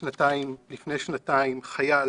לפני שנתיים חייל